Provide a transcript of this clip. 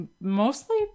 mostly